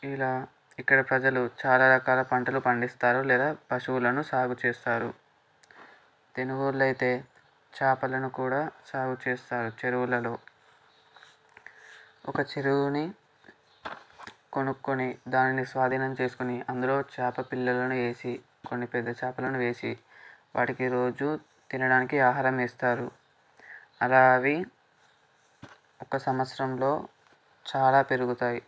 ఇలా ఇక్కడ ప్రజలు చాలా రకాల పంటలు పండిస్తారు లేదా పశువులను సాగు చేస్తారు తెనుగోళ్ళయితే చాపలను కూడా సాగు చేస్తారు చెరువులలో ఒక చెరువుని కొనుక్కుని దానిని స్వాధీనం చేసుకుని అందులో చేప పిల్లలను వేసి కొన్ని పెద్ద చేపలను వేసి వాటికి రోజు తినడానికి ఆహారం వేస్తారు అలా అవి ఒక సంవత్సరంలో చాలా పెరుగుతాయి